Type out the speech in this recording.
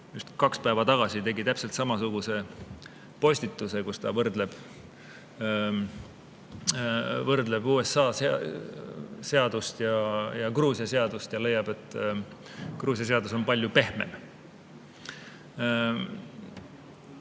kaks päeva tagasi täpselt samasuguse postituse, kus ta võrdleb USA seadust ja Gruusia seadust ning leiab, et Gruusia seadus on palju pehmem.